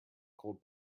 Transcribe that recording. cold